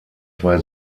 zwei